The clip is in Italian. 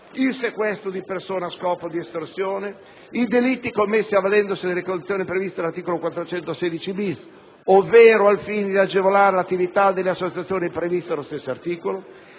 sequestro di persona a scopo di estorsione; delitti commessi avvalendosi delle condizioni previste dall'articolo 416-*bis* ovvero al fine di agevolare l'attività delle associazioni previste dallo stesso articolo;